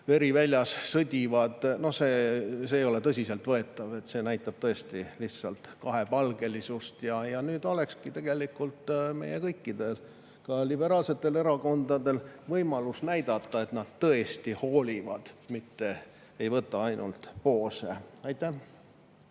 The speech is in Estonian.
väljas sõdivad, ei ole tõsiselt võetavad. See näitab tõesti kahepalgelisust. Ja nüüd olekski tegelikult meil kõikidel, ka liberaalsetel erakondadel, võimalus näidata, et nad tõesti hoolivad, mitte ei võta ainult poose. Kert